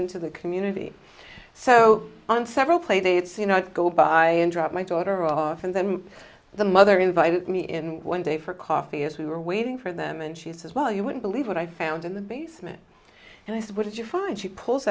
into the community so on several playdates you know go by and drop my daughter off and then the mother invited me in one day for coffee as we were waiting for them and she says well you wouldn't believe what i found in the basement and i said what did you find she pulls